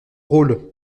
rôle